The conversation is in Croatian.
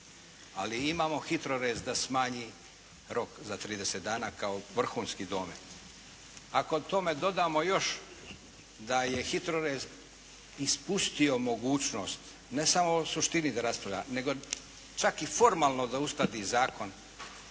ali imamo HITRORez da smanji rok za 30 dana kao vrhunski domet. Ako tome dodamo još da je HITRORez ispustio mogućnost ne samo o suštini da raspravlja, nego čak i formalno da uskladi zakon